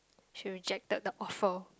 she rejected the offer